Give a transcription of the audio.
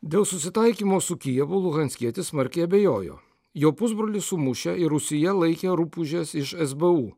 dėl susitaikymo su kijevu luhanskietis smarkiai abejojo jo pusbrolį sumušę ir rūsyje laikę rupūžės iš esbu